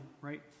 right